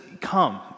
come